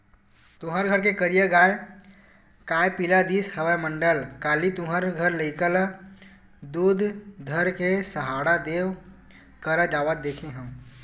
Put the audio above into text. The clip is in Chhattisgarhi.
तुँहर घर के करिया गाँय काय पिला दिस हवय मंडल, काली तुँहर घर लइका ल दूद धर के सहाड़ा देव करा जावत देखे हँव?